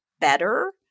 better